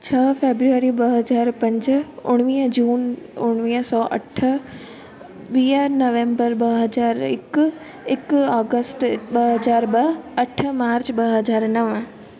छ्ह फेब्रुअरी ॿ हज़ार पंज उणिवीह जून उणिवीह सौ अठ वीह नवंबर ॿ हज़ार हिकु हिकु अगस्त ॿ हज़ार ॿ अठ मार्च ॿ हज़ार नव